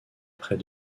près